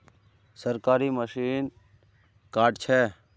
सरकारी मशीन से कार्ड छै?